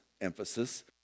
emphasis